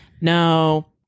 No